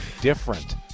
different